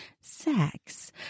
sex